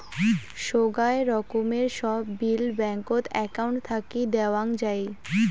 সোগায় রকমের সব বিল ব্যাঙ্কত একউন্ট থাকি দেওয়াং যাই